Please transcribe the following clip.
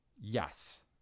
Yes